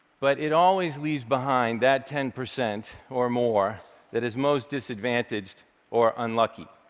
but it always leaves behind that ten percent or more that is most disadvantaged or unlucky.